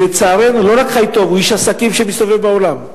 לא רק חי טוב, הוא איש עסקים שמסתובב בעולם.